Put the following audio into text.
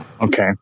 Okay